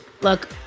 Look